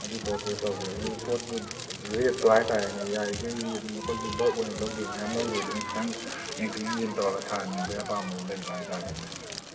ꯑꯗꯨꯒꯤ ꯄꯣꯠꯇꯣ ꯇꯧꯒꯦ ꯑꯗꯨ ꯄꯣꯠ ꯔꯦꯠꯇꯣ ꯍꯥꯏꯕ ꯇꯥꯔꯦꯅꯦ ꯌꯥꯔꯤꯕꯃꯈꯩ ꯑꯗꯨꯝ ꯑꯩꯈꯣꯏꯁꯨ ꯕꯜꯛ ꯑꯣꯏꯅ ꯂꯧꯒꯗꯣꯏꯅꯤ ꯃꯌꯥꯝ ꯂꯧꯒꯗꯣꯏꯅꯤꯅ ꯈꯖꯤꯛꯇꯪ ꯌꯦꯡꯊꯣꯛ ꯌꯦꯡꯖꯤꯟ ꯇꯧꯔꯒ ꯁꯥꯍꯟꯅꯤꯡꯕꯒꯤ ꯑꯄꯥꯝꯕꯗꯣ ꯂꯩꯕ ꯍꯥꯏꯕ ꯇꯥꯔꯦꯅꯦꯀꯣ